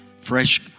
fresh